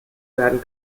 werden